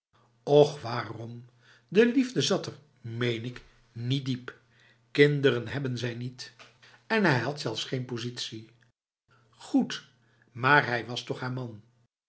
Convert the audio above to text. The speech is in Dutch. och waarom de liefde zat er meen ik niet diep kinderen hebben zij niet en hij had zelfs geen positie goed maar hij was toch haar man